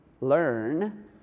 Learn